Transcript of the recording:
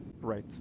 Right